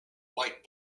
white